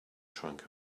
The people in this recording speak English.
trunk